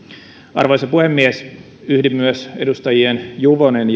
arvoisa puhemies yhdyn myös edustajien juvonen